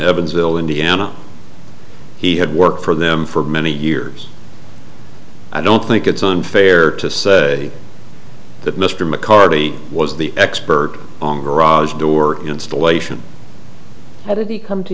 evansville indiana he had worked for them for many years i don't think it's unfair to say that mr mccarty was the expert on garage door installation how did he come to